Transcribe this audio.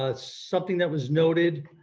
ah something that was noted,